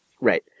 Right